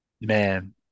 Man